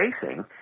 facing